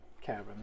cabin